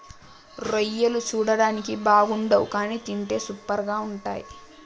రొయ్యలు చూడడానికి బాగుండవ్ కానీ తింటే సూపర్గా ఉంటయ్